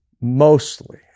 Mostly